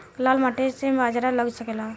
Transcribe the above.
लाल माटी मे बाजरा लग सकेला?